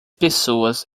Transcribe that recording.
pessoas